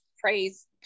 Praise